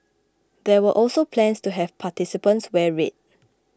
there were also plans to have participants wear red